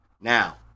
Now